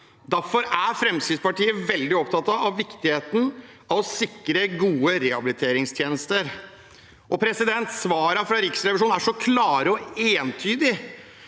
Derfor er Fremskrittspartiet veldig opptatt av viktigheten av å sikre gode rehabiliteringstjenester. Svarene fra Riksrevisjonen er klare og entydige,